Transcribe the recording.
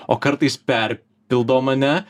o kartais perpildo mane